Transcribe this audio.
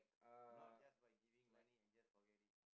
not just by giving money and just forget it